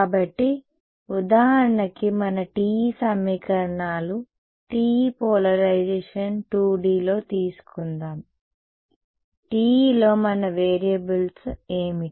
కాబట్టి ఉదాహరణకు మన TE సమీకరణాలు TE పోలరైజేషన్ 2Dలో తీసుకుందాం TEలో మన వేరియబుల్స్ ఏమిటి